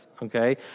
Okay